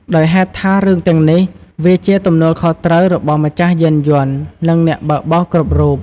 ដោយហេតុថារឿងទាំងនេះ វាជាទំនួលខុសត្រូវរបស់ម្ចាស់យានយន្ត និងអ្នកបើកបរគ្រប់រូប។